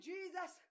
Jesus